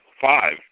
five